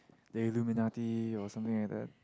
the Illuminati or something like that